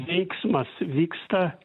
veiksmas vyksta